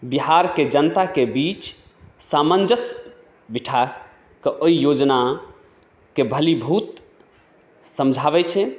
बिहारके जनताके बीच सामन्जस्य बिठाकऽ ओहि योजनाके भलिभूत समझाबै छै